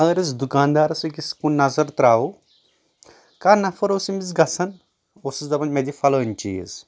اگر أسۍ دُکاندارس أکِس کُن نظر ترٛاوو کانٛہہ نفر اوس أمِس گژھان اوسُس دپان مےٚ دِ فلٲنۍ چیٖز